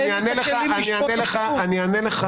אענה לך